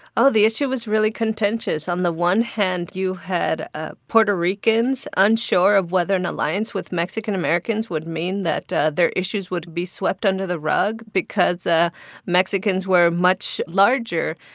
oh, the issue was really contentious. on the one hand, you had ah puerto ricans unsure of whether an alliance with mexican-americans would mean that their issues would be swept under the rug because ah mexicans were much larger.